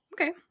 Okay